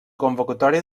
convocatòria